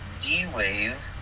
D-Wave